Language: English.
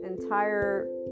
entire